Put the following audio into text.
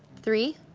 three,